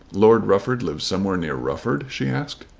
lord rufford lives somewhere near rufford? she asked.